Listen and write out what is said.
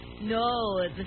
No